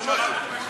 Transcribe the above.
הממשלה תומכת.